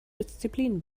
disziplin